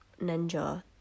Ninja